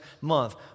month